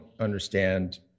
understand